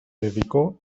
dedicó